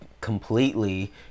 completely